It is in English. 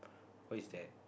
who's that